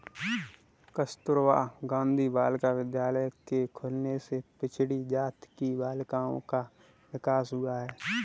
कस्तूरबा गाँधी बालिका विद्यालय के खुलने से पिछड़ी जाति की बालिकाओं का विकास हुआ है